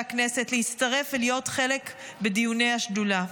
הכנסת להצטרף ולהיות חלק בדיוני השדולה.